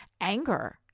anger